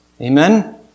Amen